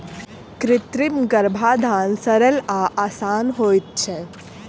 कृत्रिम गर्भाधान सरल आ आसान होइत छै